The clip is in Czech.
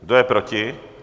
Kdo je proti?